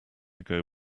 ago